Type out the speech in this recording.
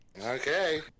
Okay